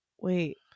Wait